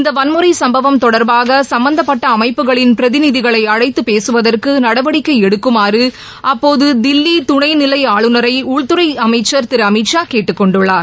இந்த வன்முறை சம்பவம் தொடர்பாக சும்பந்தப்பட்ட அமைப்புகளின் பிரதிநிதிகளை அழைத்து பேசுவதற்கு நடவடிக்கை எடுக்குமாறு அப்போது தில்லி துணை நிலை ஆளுநரை உள்துறை அமைச்சர் திரு அமித் ஷா கேட்டுக் கொண்டார்